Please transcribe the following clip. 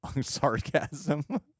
sarcasm